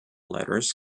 letters